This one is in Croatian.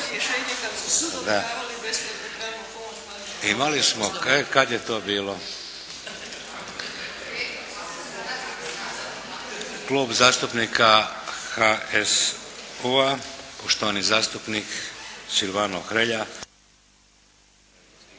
**Šeks, Vladimir (HDZ)** Klub zastupnika HSU-a, poštovani zastupnik Silvano Hrelja.